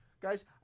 Guys